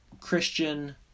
Christian